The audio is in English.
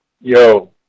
yo